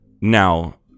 Now